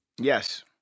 Yes